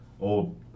old